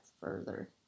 further